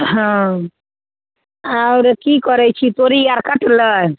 हँ आओर कि करै छी तोरी आओर कटलै